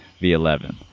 V11